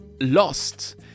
lost